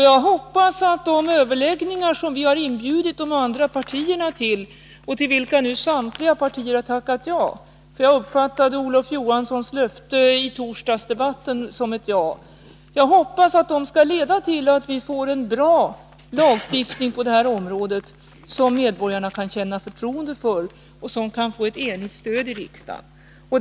Jag hoppas att de överläggningar som vi har inbjudit de andra partierna till och till vilka nu samtliga partier har tackat ja — jag uppfattade Olof Johanssons löfte i torsdagsdebatten som ett ja — skall leda till att vi på det här området får en bra lagstiftning, som medborgarna kan känna förtroende för och som kan få ett enigt stöd i riksdagen.